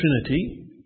Trinity